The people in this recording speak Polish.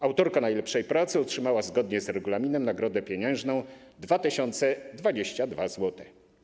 Autorka najlepszej pracy otrzymała zgodnie z regulaminem nagrodę pieniężną w wysokości 2022 zł.